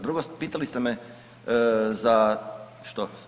Drugo, pitali ste me za što?